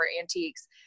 antiques